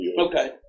Okay